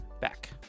back